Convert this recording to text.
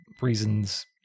reasons